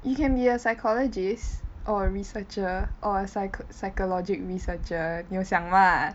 you can be a psychologist or researcher or psych~ psychologic researcher 你有想吗